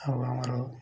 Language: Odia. ଆଉ ଆମର